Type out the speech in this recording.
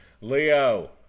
leo